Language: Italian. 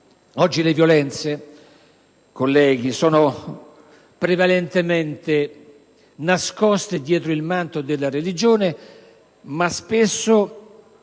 Oggi le violenze, colleghi, sono prevalentemente nascoste dietro il manto della religione, ma spesso